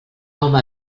home